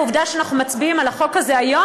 והעובדה שאנחנו מצביעים על החוק הזה היום,